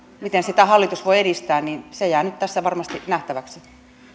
miten sitä hallitus voi edistää se jää nyt tässä varmasti nähtäväksi arvoisa